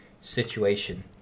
situation